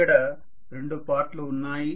ఇక్కడ రెండు పార్ట్ లు ఉన్నాయి